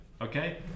Okay